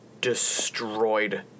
destroyed